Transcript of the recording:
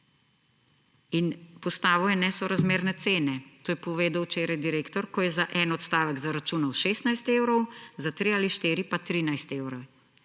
in postavil ne nesorazmerne cene. To je povedal včeraj direktor, ko je za en odstavek zaračunal 16 evrov, za 3 ali 4 pa 13 evrov.